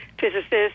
physicists